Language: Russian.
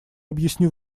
объясню